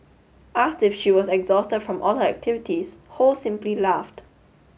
asked if she was exhausted from all her activities ho simply laughed